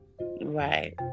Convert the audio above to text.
Right